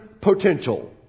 potential